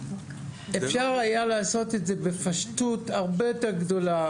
אפשר היה לעשות את זה בפשטות הרבה יותר גדולה,